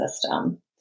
system